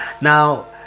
Now